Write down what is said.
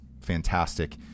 fantastic